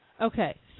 Okay